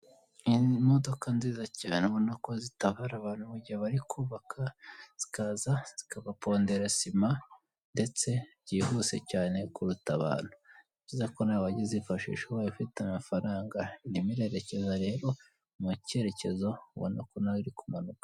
Umuhanda w'umukara wa kaburimbo urimo imodoka ifite ibara ry'umweru ishinzwe kugezaho inyama uwazitumije ndetse mu muhanda harimo n'ibindi binyabiziga bindi by'imodoka ndetse n'igare.